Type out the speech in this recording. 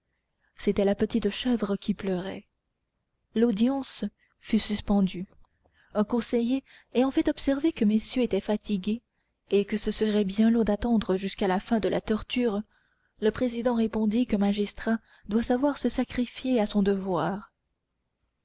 c'était la petite chèvre qui pleurait l'audience fut suspendue un conseiller ayant fait observer que messieurs étaient fatigués et que ce serait bien long d'attendre jusqu'à la fin de la torture le président répondit qu'un magistrat doit savoir se sacrifier à son devoir